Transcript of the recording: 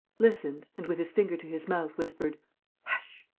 listened and, with his finger to his mouth, whispered hush!